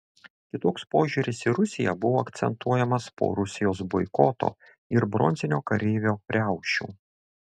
kitoks požiūris į rusiją buvo akcentuojamas po rusijos boikoto ir bronzinio kareivio riaušių